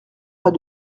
pas